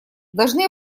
должны